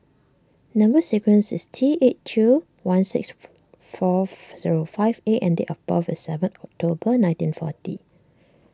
Number Sequence is T eight two one six four zero five A and date of birth is seven October nineteen forty